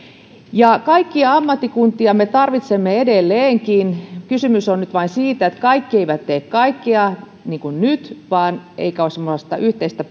kaikkia ammattikuntia me tarvitsemme edelleenkin kysymys on nyt vain siitä että kaikki eivät tee kaikkea niin kuin nyt eikä ole semmoista yhteistä